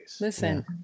Listen